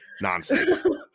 Nonsense